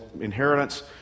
inheritance